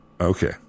Okay